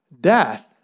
death